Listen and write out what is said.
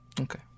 Okay